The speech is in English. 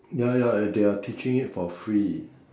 ya ya they are teaching it for free